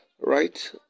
Right